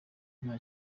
nta